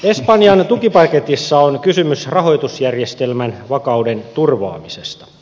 espanjan tukipaketissa on kysymys rahoitusjärjestelmän vakauden turvaamisesta